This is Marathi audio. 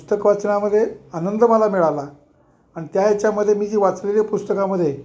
पुस्तक वाचण्यामध्ये आनंद मला मिळाला अन त्या याच्यामध्ये मी जी वाचलेली पुस्तकामध्ये